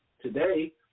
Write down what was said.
today